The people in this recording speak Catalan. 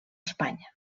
espanya